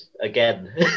Again